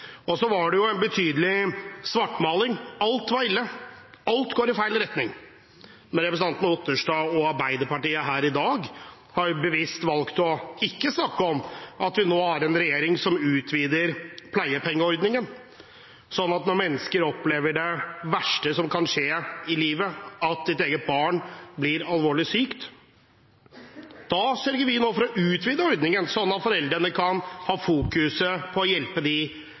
Det var en betydelig svartmaling. Alt er ille. Alt går i feil retning. Men representanten Otterstad og Arbeiderpartiet har i dag bevisst valgt ikke å snakke om at vi nå har en regjering som utvider pleiepengeordningen, slik at når mennesker opplever det verste som kan skje i livet, at ens eget barn blir alvorlig sykt, sørger vi nå for å utvide ordningen slik at foreldrene kan fokusere på å hjelpe